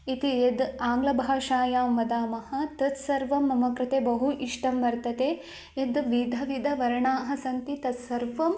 इति यद् आङ्लभाषायां वदामः तत् सर्वं मम कृते बहु इष्टं वर्तते यद् विध विध वर्णाः सन्ति तस्सर्वम्